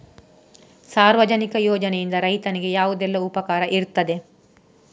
ಸಾರ್ವಜನಿಕ ಯೋಜನೆಯಿಂದ ರೈತನಿಗೆ ಯಾವುದೆಲ್ಲ ಉಪಕಾರ ಇರ್ತದೆ?